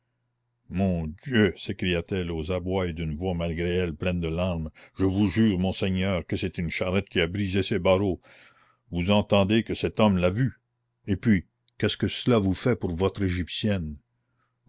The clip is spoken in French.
mon dieu s'écria-t-elle aux abois et d'une voix malgré elle pleine de larmes je vous jure monseigneur que c'est une charrette qui a brisé ces barreaux vous entendez que cet homme l'a vu et puis qu'est-ce que cela fait pour votre égyptienne